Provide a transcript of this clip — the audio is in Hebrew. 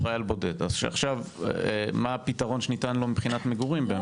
מה הפתרון שניתן לו מבחינת מגורים?